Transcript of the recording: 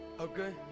Okay